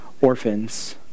orphans